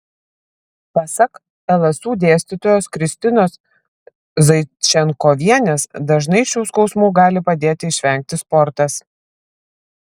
pasak lsu dėstytojos kristinos zaičenkovienės dažnai šių skausmų gali padėti išvengti sportas